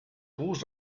ruß